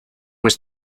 was